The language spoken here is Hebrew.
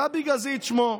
גבי גזית שמו.